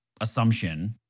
assumption